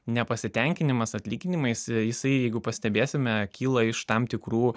nepasitenkinimas atlyginimais jisai jeigu pastebėsime kyla iš tam tikrų